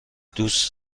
دوست